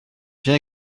viens